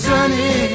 Sunny